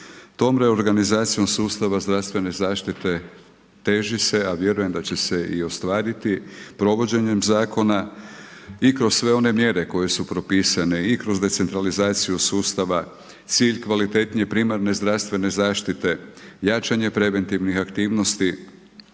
tom reorganizacijom sustava zdravstvene zaštite teži se a vjerujem da će se i ostvariti provođenjem zakona i kroz sve one mjere koje su propisane, i kroz decentralizaciju sustav, cilj kvalitetnije primarne zdravstvene zaštite, jačanje preventivnih aktivnosti,